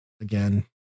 Again